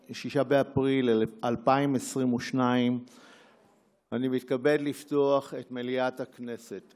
6 באפריל 2022. אני מתכבד לפתוח את מליאת הכנסת.